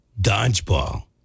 dodgeball